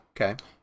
Okay